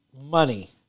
money